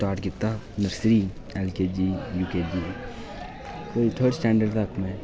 start कीता nursery L KG U KG कोई third standard तक्क में